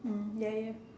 mm ya ya